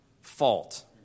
fault